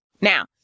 Now